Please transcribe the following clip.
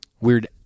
weird